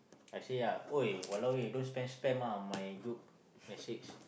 I say ya !oi! !walao! eh don't spam spam ah my group message